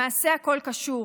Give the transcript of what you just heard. למעשה הכול קשור.